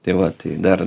tai va tai dar